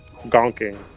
gonking